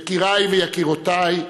יקירי ויקירותי,